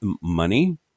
money